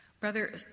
Brother